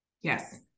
Yes